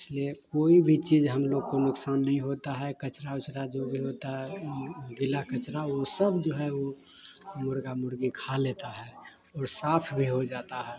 इसलिए कोई भी चीज़ हम लोग को नुकसान नहीं होता है कचरा ओचरा जो भी होता है गीला कचरा वह सब जो है वह मुर्गा मुर्गी खा लेता है और साफ भी हो जाता है